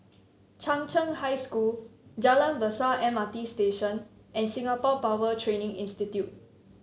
Chung Cheng High School Jalan Besar M R T Station and Singapore Power Training Institute